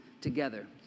together